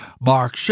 Mark